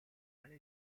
alla